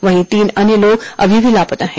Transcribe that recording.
वहीं तीन अन्य लोग अभी भी लापता हैं